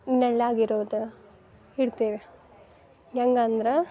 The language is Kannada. ನೆರ್ಳಾಗೆ ಇರೋದು ಇಡ್ತೀವಿ ಹೆಂಗಂದ್ರೆ